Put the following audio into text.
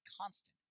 constant